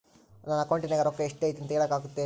ನನ್ನ ಅಕೌಂಟಿನ್ಯಾಗ ರೊಕ್ಕ ಎಷ್ಟು ಐತಿ ಅಂತ ಹೇಳಕ ಆಗುತ್ತೆನ್ರಿ?